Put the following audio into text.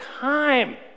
time